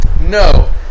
no